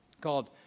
called